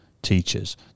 Teachers